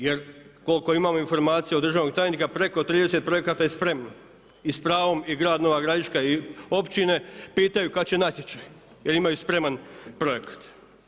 Jer koliko imamo informacija od državnog tajnika preko 30 projekata je spremno i s pravom i grad Nova Gradiška i općine pitaju kada će natječaj jer imaju spreman projekat.